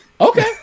Okay